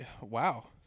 Wow